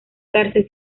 cárcel